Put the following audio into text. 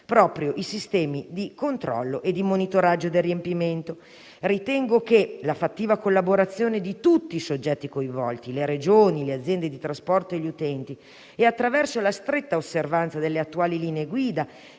proprio i sistemi di controllo e di monitoraggio del riempimento. Ritengo che, grazie alla fattiva collaborazione di tutti i soggetti coinvolti, le Regioni, le aziende di trasporto e gli utenti, e attraverso la stretta osservanza delle attuali linee guida,